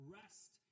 rest